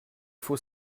faut